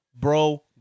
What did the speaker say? Bro